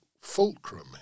fulcrum